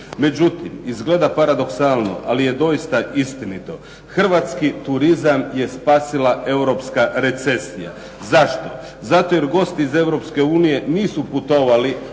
Međutim, izgleda paradoksalno ali je doista istinito. Hrvatski turizam je spasila europska recesija. Zašto? Zato jer gosti iz Europske